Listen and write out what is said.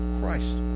Christ